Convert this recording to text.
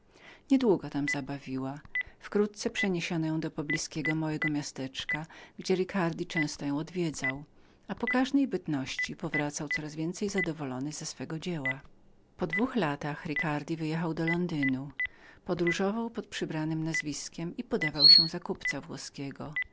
niedługo tam zabawiła wkrótce przeniesiono ją do poblizkiego małego miasteczka gdzie ricardi często ją odwiedzał i zawsze powracał coraz więcej zadowolony z swego dzieła po dwóch latach ricardi wyjechał do londynu podróżował pod przybranem nazwiskiem i udawał się za kupca włoskiego